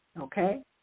Okay